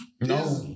No